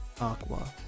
Aqua